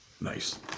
Nice